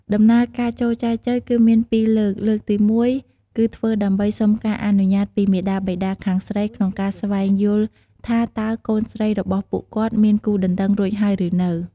ដំណើរ ការចូលចែចូវគឺមានពីរលើក លើកទីមួយ គឺធ្វើដើម្បី សុំការអនុញ្ញាត ពីមាតាបិតាខាងស្រីក្នុងការស្វែងយល់ថាតើកូនស្រីរបស់ពួកគាត់មានគូដណ្តឹងរួចហើយ ឬនៅ។